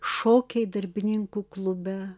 šokiai darbininkų klube